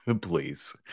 please